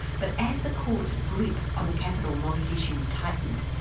but as the courts' grip on the capital, mogadishu tightened,